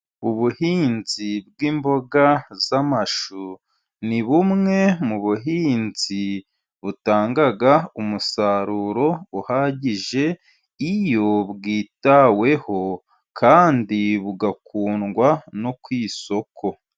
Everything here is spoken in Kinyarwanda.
Ubuhinzi bw'imboga z'amashu, ni bumwe mu buhinzi butanga umusaruro uhagije iyo bwitaweho, kandi bugakundwa no ku isoko.